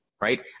right